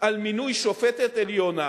על מינוי שופטת עליונה,